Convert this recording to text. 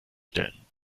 stellen